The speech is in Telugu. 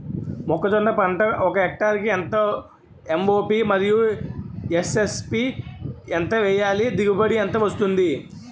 మొక్కజొన్న పంట ఒక హెక్టార్ కి ఎంత ఎం.ఓ.పి మరియు ఎస్.ఎస్.పి ఎంత వేయాలి? దిగుబడి ఎంత వస్తుంది?